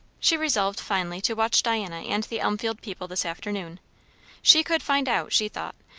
she resolved finally to watch diana and the elmfield people this afternoon she could find out, she thought,